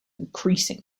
increasing